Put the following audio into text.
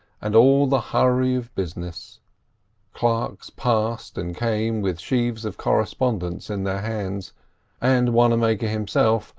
and all the hurry of business clerks passed and came with sheaves of correspondence in their hands and wannamaker himself,